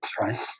right